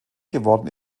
geworden